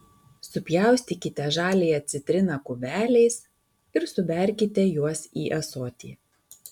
supjaustykite žaliąją citriną kubeliais ir suberkite juos į ąsotį